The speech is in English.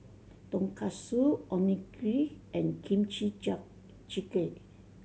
Tonkatsu Onigiri and Kimchi Jjigae